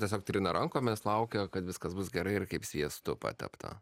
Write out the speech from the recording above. tiesiog trina rankomis laukia kad viskas bus gerai ir kaip sviestu patepta